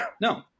no